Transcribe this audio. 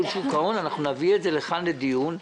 שוק ההון נביא את זה לכאן לדיון ולהצבעה.